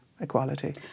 Equality